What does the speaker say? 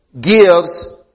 gives